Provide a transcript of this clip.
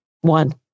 one